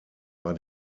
war